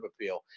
appeal